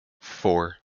four